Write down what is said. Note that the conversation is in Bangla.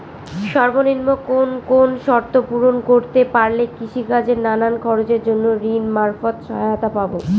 সর্বনিম্ন কোন কোন শর্ত পূরণ করতে পারলে কৃষিকাজের নানান খরচের জন্য ঋণ মারফত সহায়তা পাব?